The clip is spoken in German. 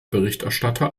berichterstatter